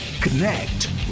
connect